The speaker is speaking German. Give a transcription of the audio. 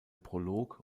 prolog